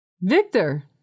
Victor